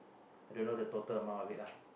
I dunno the total amount of it lah